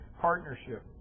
partnership